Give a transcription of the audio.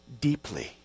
deeply